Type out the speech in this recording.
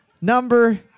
number